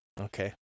Okay